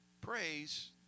praise